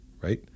right